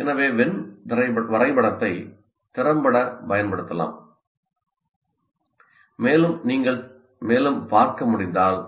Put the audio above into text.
எனவே வென் வரைபடத்தை திறம்பட பயன்படுத்தலாம் மேலும் நீங்கள் மேலும் மேலும் பார்க்க முடிந்தால்